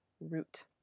root